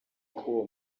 k’uwo